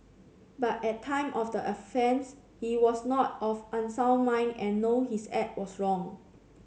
but at time of the offence he was not of unsound mind and know his act was wrong